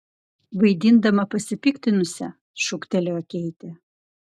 vaidindama pasipiktinusią šūktelėjo keitė